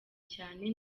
cyane